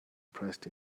pressed